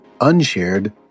unshared